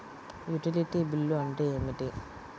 Utility bill అంటే ఏమిటి?